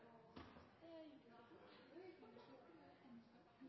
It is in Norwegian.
det er viktig med